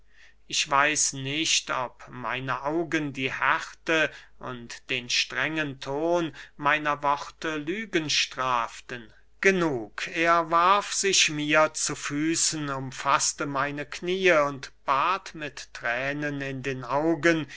ich weiß nicht ob meine augen die härte und den strengen ton meiner worte lügen straften genug er warf sich mir zu füßen umfaßte meine kniee und bat mit thränen in den augen